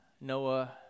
Noah